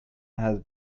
has